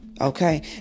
Okay